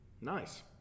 Nice